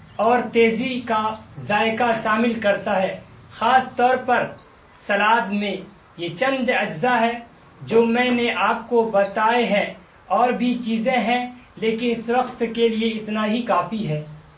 اور تیزی کا ذائقہ شامل کرتا ہے خاص طور پر سلاد میں یہ چند اجزا ہیں جو میں نے آپ کو بتائے ہیں اور بھی چیزیں ہیں لیکن اس وقت کے لیے اتنا ہی کافی ہے